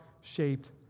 shaped